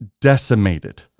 decimated